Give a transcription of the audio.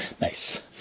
Nice